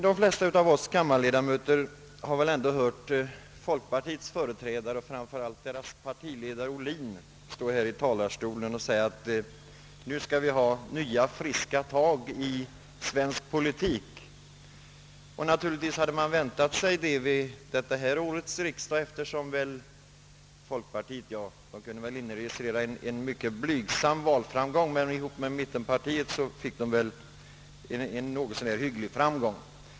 De flesta av oss kammarledamöter har väl ändå hört folkpartiets företrädare och framför allt dess partiledare herr Ohlin stå här i talarstolen och säga att vi nu skall ta nya friska tag i svensk politik, och naturligtvis hade man väntat sig detta vid årets riksdag, eftersom folkpartiet kunde inregistrera en blygsam valframgång som samman räknad med centerpartiets blev något så när hygglig.